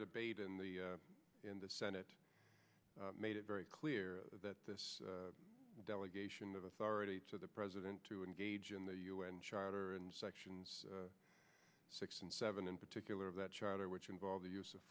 debate in the in the senate made it very clear that this delegation of authority to the president to engage in the u n charter and sections six and seven in particular that charter which involve the use of